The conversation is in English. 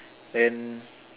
then